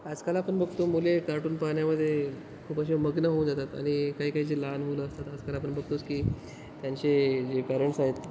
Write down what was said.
आजकाल आपण बघतो मुले कार्टून पाहण्यामध्ये खूप असे मग्न होऊन जातात आणि काही काही जे लहान मुलं असतात आजकाल आपण बघतोच की त्यांचे जे पेरेंट्स आहेत